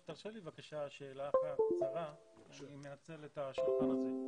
אני רוצה לסכם את הדיון הזה.